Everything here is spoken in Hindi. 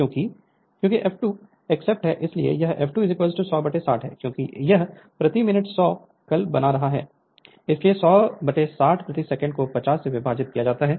क्योंकि f2 एक्सेप्ट है इसलिए यह f2 10060 है क्योंकि यह प्रति मिनट 100 कल बना रहा है इसलिए 10060 प्रति सेकंड को 50 से विभाजित किया जाता है